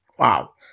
Wow